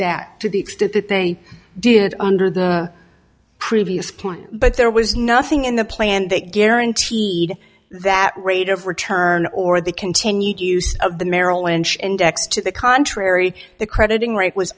that to the extent that they did under the previous plan but there was nothing in the plan that guaranteed that rate of return or the continued use of the merrill lynch index to the contrary the crediting rate was